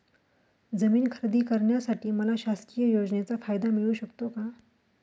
जमीन खरेदी करण्यासाठी मला शासकीय योजनेचा फायदा मिळू शकतो का?